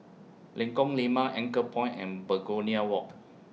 Lengkong Lima Anchorpoint and Begonia Walk